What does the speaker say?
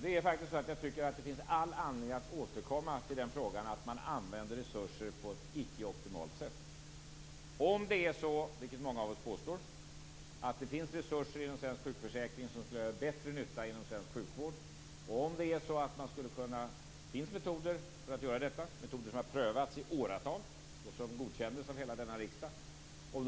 Fru talman! Jag tycker att det finns all anledning att återkomma till den frågan, eftersom man använder resurser på ett icke optimalt sätt. Om det är så - vilket många av oss påstår - att det finns resurser inom svensk sjukförsäkring som skulle göra bättre nytta inom svensk sjukvård och om det finns metoder för detta som har prövats i åratal och som godkändes av denna kammare, men